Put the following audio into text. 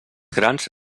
grans